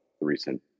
recent